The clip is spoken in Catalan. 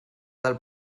del